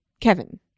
Kevin